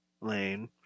lane